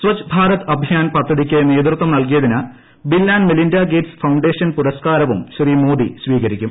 സ്വച്ച് ഭാരത് അഭിയാൻ പദ്ധതിയ്ക്ക് നേതൃത്വം നൽകിയതിന് bill and Melinda Gates foundation പുരസ്കാരവും ശ്രീ മോദി സ്വീകരിക്കും